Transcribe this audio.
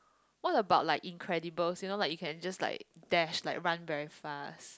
what about like Incredibles you know like you can just like dash like run very fast